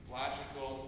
logical